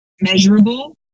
measurable